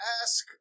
ask